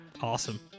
Awesome